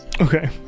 Okay